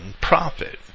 profit